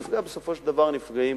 ובסופו של דבר הילדים נפגעים,